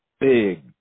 big